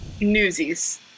Newsies